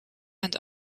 and